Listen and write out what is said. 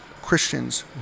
Christians